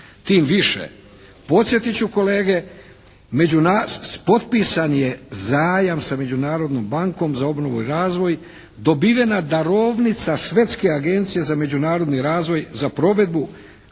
Tim više, podsjetit ću kolege potpisan je zajam sa Međunarodnom bankom za obnovu i razvoj, dobivena darovnica Švedske agencije za međunarodni razvoj za provedbu